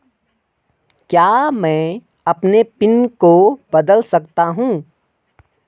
क्या मैं अपने पिन को बदल सकता हूँ?